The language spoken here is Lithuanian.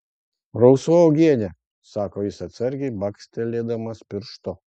rausva uogienė sako jis atsargiai bakstelėdamas pirštu